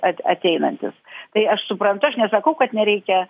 at ateinantis tai aš suprantu aš nesakau kad nereikia